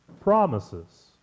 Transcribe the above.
promises